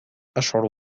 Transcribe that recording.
أشعر